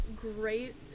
great